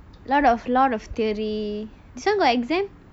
lot of lot of theory this [one] got exam